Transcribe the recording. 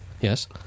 Yes